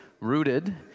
rooted